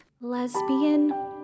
Lesbian